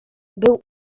był